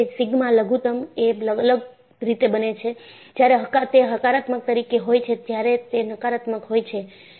sigma લઘુત્તમ એ અલગ રીતે બને છે જ્યારે તે હકારાત્મક તરીકે હોય છે જ્યારે તે નકારાત્મક હોય છે